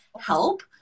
help